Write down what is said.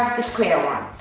the square um